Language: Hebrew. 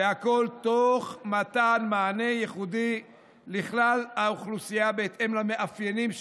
והכול תוך מתן מענה ייחודי לכלל האוכלוסייה בהתאם למאפיינים שלה,